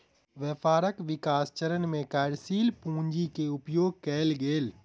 व्यापारक विकास चरण में कार्यशील पूंजी के उपयोग कएल गेल